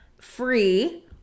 free